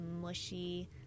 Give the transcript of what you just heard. mushy